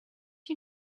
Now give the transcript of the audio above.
you